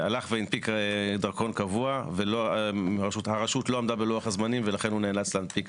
הלך והנפיק דרכון קבוע והרשות לא עמדה בלוח הזמנים ולכן הוא נאלץ להנפיק